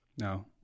no